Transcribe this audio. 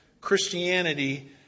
Christianity